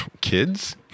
Kids